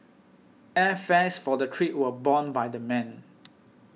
airfares for the trip were borne by the men